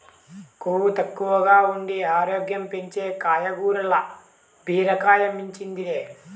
కొవ్వు తక్కువగా ఉండి ఆరోగ్యం పెంచే కాయగూరల్ల బీరకాయ మించింది లే